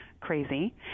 crazy